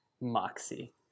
Moxie